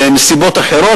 בנסיבות אחרות,